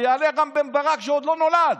ויעלה לפה רם בן ברק שעוד לא נולד,